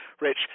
Rich